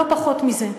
לא פחות מזה.